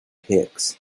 hicks